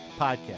podcast